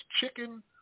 chicken